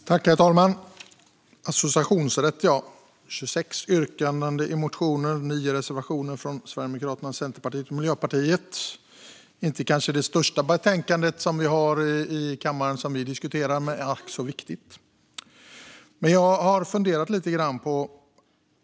Herr talman! Vi talar som sagt om associationsrätt. I betänkandet finns 26 yrkanden i motioner och 9 reservationer från Sverigedemokraterna, Centerpartiet och Miljöpartiet. Det är kanske inte det största betänkande vi ska diskutera här i kammaren, men det är ack så viktigt.